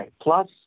Plus